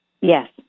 Yes